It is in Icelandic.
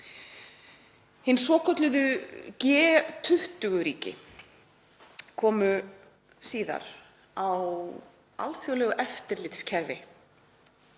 Hin svokölluðu G-20 ríki komu síðar á alþjóðlegu eftirlitskerfi